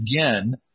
again